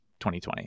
2020